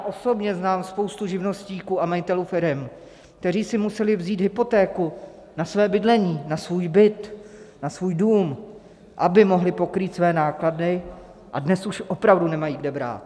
Osobně znám spoustu živnostníků a majitelů firem, kteří si museli vzít hypotéku na své bydlení, na svůj byt, na svůj dům, aby mohli pokrýt své náklady, a dnes už opravdu nemají kde brát.